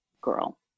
girl